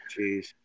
Jeez